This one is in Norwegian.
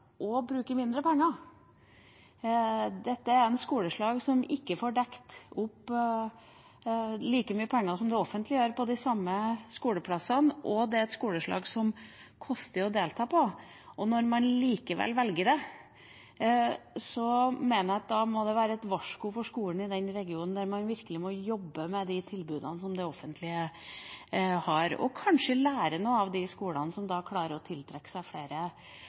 og bruker mindre penger. Dette er et skoleslag som ikke får dekket opp like mye penger som det offentlige gjør på de samme skoleplassene, og det er et skoleslag som det koster å delta på. Når man likevel velger det, mener jeg at da må det være et varsko for skolen i den regionen, der man virkelig må jobbe med de tilbudene som det offentlige har, og kanskje lære noe av de skolene som klarer å tiltrekke seg flere